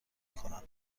کنم